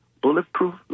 bulletproof